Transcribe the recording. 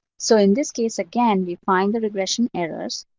so in this case, again, you find the regression errors,